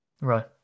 Right